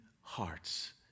hearts